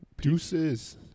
Deuces